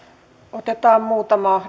otetaan muutama